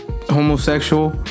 homosexual